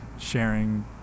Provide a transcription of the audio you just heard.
sharing